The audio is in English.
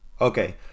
Okay